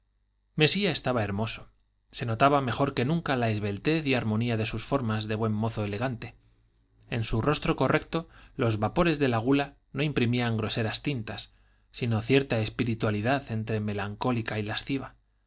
mesía estaba hermoso se notaba mejor que nunca la esbeltez y armonía de sus formas de buen mozo elegante en su rostro correcto los vapores de la gula no imprimían groseras tintas sino cierta espiritualidad entre melancólica y lasciva